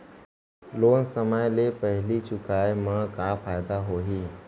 Loan समय ले पहिली चुकाए मा का फायदा होही?